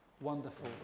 wonderful